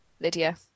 Lydia